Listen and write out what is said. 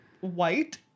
white